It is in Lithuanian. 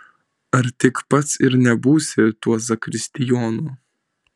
ar tik pats ir nebūsi tuo zakristijonu